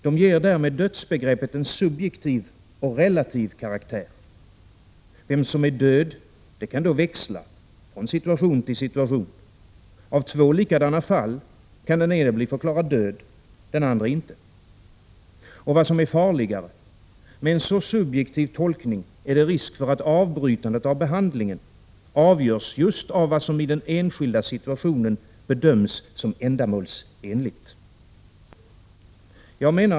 De ger därmed dödsbegreppet en subjektiv och relativ karaktär. Vem som är död, det kan då växla från situation till situation. I två likadana fall kan den ene bli förklarad död, den andre inte. Och vad som är farligare: med en så subjektiv tolkning är det risk för att avbrytandet av behandlingen avgörs just av vad som i den enskilda situationen bedöms som ändamålsenligt.